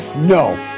No